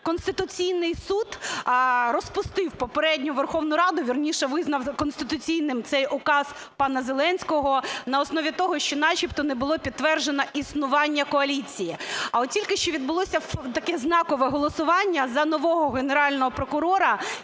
Конституційний Суд розпустив попередню Верховну Раду, вірніше, визнав конституційним цей указ пана Зеленського на основі того, що начебто не було підтверджено існування коаліції. А от тільки що відбулося таке знакове голосування за нового Генерального прокурора